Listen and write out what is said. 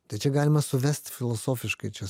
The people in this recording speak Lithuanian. tai čia galima suvest filosofiškai čia